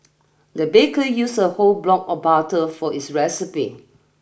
the baker used a whole block of butter for this recipe